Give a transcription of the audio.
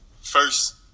first